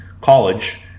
college